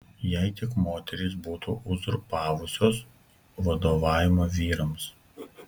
jei tik moterys būtų uzurpavusios vadovavimą vyrams